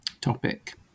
topic